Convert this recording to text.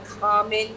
common